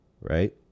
right